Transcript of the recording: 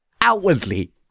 Outwardly